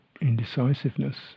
indecisiveness